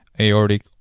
aortic